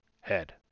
head